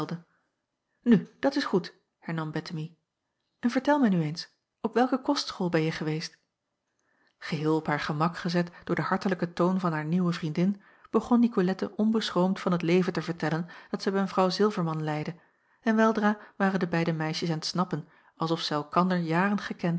nu dat is goed hernam bettemie en vertel mij nu eens op welke kostschool benje geweest geheel op haar gemak gezet door den hartelijken toon van haar nieuwe vriendin begon nicolette onbeschroomd van het leven te vertellen dat zij bij mw zilverman leidde en weldra waren de beide meisjes aan t snappen als of zij elkander